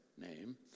name